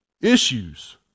issues